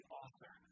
author